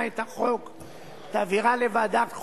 כאלה שנמצאים בערי הפיתוח,